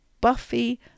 buffy